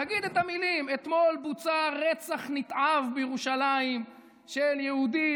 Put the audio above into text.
תגיד את המילים: אתמול בוצע רצח נתעב בירושלים של יהודי,